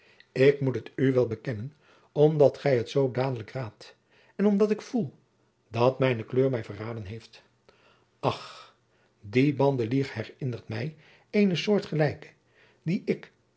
ik moet het u wel bekennen omdat gij het zoo dadelijk raadt en omdat ik voel dat mijne kleur mij verraden heeft ach die bandelier herinnert mij eenen soortgelijken dien ik